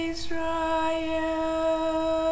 Israel